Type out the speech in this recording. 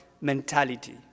mentality